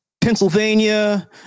Pennsylvania